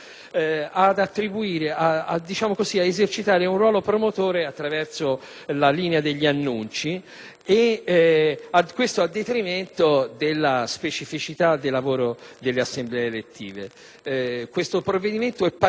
ad esercitare un ruolo promotore attraverso la linea degli annunci, a detrimento della specificità del lavoro delle Assemblee elettive. Questo provvedimento è partito